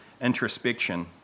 introspection